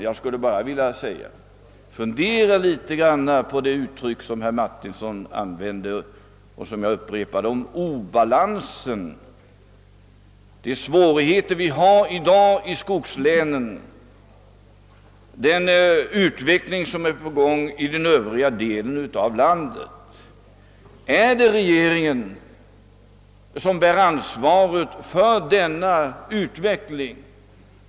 Jag skulle vilja tillägga: Fundera litet på herr Martinssons uttryck — som jag upprepade — om obalansen, om de svårigheter som föreligger i skogslänen i dag och om den utveckling som är på gång i övriga delar av landet. Är det regeringen som bär ansvaret för denna utveckling?